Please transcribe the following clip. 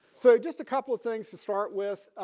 so just a couple of things to start with.